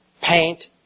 Paint